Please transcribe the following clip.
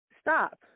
stop